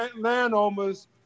landowners